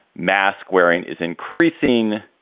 mask wearing is increasing,